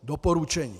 Doporučení.